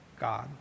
God